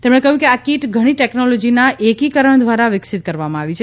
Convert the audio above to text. તેમણે કહ્યું આ કિટ ઘણી ટેક્નોલોંજીના એકીકરણ દ્વારા વિકસિત કરવામાં આવી છે